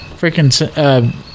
Freaking